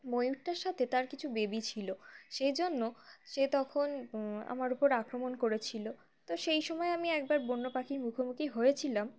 ময়ূরটার সাথে তার কিছু বেবি ছিল সেই জন্য সে তখন আমার উপর আক্রমণ করেছিল তো সেই সময় আমি একবার বন্য পাখির মুখোমুখি হয়েছিলাম